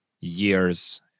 years